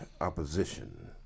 opposition